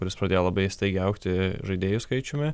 kuris pradėjo labai staigiai augti žaidėjų skaičiumi